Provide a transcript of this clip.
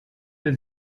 der